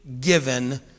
given